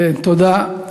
תודה.